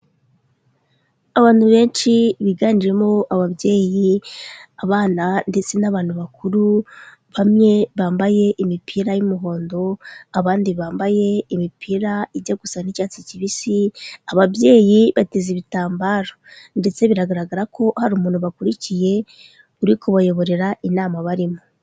Abantu benshi biganjemo ababyeyi, abana ndetse n'abantu bakuru, bamwe bambaye imipira y'umuhondo abandi bambaye imipira ijya gusa n'icyatsi kibisi, ababyeyi bateza ibitambaro ndetse bigaragara ko hari umuntu bakurikiye uri kubayoborera inama barimo.